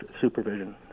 supervision